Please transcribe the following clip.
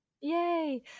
Yay